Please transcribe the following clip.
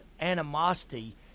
animosity